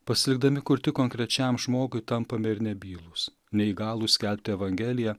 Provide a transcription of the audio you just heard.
pasilikdami kurti konkrečiam žmogui tampam ir nebylūs neįgalūs skelbti evangeliją